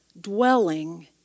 dwelling